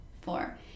four